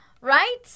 Right